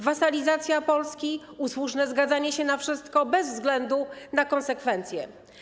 Wasalizacja Polski, usłużne zgadzanie się na wszystko bez względu na konsekwencje.